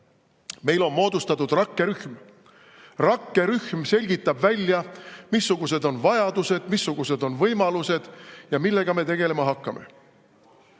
meil on moodustatud rakkerühm. Rakkerühm selgitab välja, missugused on vajadused, missugused on võimalused ja millega me tegelema hakkame.